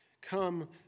Come